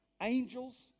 angels